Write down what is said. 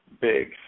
Big